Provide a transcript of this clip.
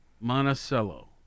Monticello